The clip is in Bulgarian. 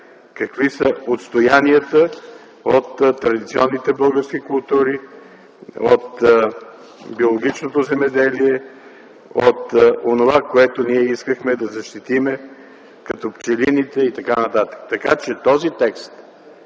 какви са отстоянията от традиционните български култури, от биологичното земеделие, от онова, което ние искахме да защитим като пчелините и т.н. Така че този текст